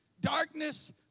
darkness